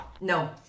No